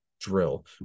drill